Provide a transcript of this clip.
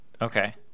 Okay